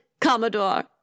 Commodore